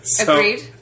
agreed